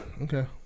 Okay